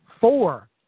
Four